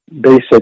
basic